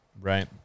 right